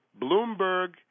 Bloomberg